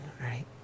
right